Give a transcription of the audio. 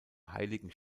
heiligen